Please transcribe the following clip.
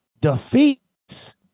defeats